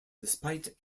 despite